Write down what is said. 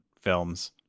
films